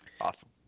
Awesome